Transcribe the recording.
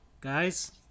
guys